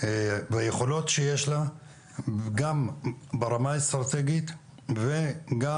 והיכולות שיש לה גם ברמה האסטרטגית וגם